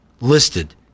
listed